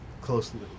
closely